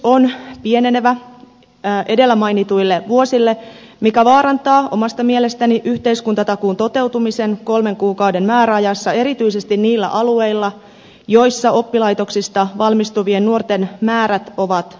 henkilöstökehys on pienenevä edellä mainituille vuosille mikä vaarantaa omasta mielestäni yhteiskuntatakuun toteutumisen kolmen kuukauden määräajassa erityisesti niillä alueilla joilla oppilaitoksista valmistuvien nuorten määrät ovat suuret